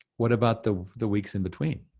what about the the weeks inbetween?